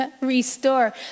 restore